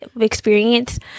experience